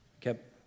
kept